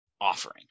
offering